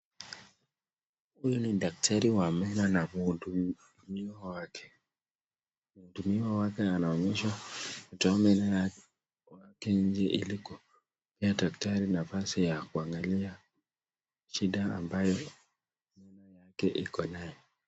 Huyu ni daktari wa meno na muhudumiwa wake, mhudumiwa wake anaonyesha kutoa meno yake kwa nje ili kupea daktari nafasi ya kuangalia shida ambayo meno yake iko nayo.